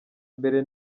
mbere